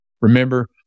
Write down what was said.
Remember